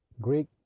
Greek